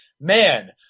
man –